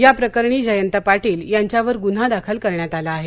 याप्रकरणी जयंत पाटील यांच्यावर गुन्हा दाखल करण्यात आला आहे